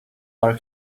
our